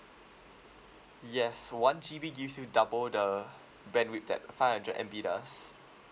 yes one G_B gives you double the bandwidth that five hundred M_B does